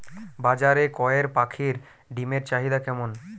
বাজারে কয়ের পাখীর ডিমের চাহিদা কেমন?